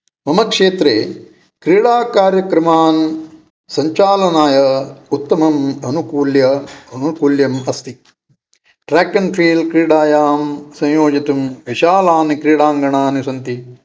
मम क्षेत्रे क्रीडाकार्यक्रमान् सञ्चालनाय उत्तमम् अनुकूल्य अनुकूल्यम् अस्ति ट्रेक् एण्ड् ट्रेल् क्रीडायां संयोजितुं विशालान् क्रीडाङ्गणानि सन्ति